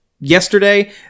yesterday